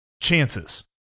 chances